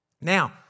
Now